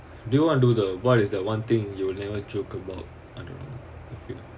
do you want do the what is the one thing you'll never joke about I don't know you feel it